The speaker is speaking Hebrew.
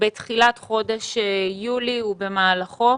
בתחילת חודש יולי ובמהלכו.